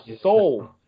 soul